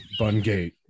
Bungate